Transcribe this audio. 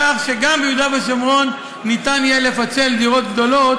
כך שגם ביהודה ושומרון יהיה אפשר לפצל דירות גדולות